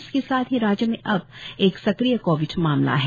इसके साथ ही राज्य में अब एक सक्रिय कोविड मामला है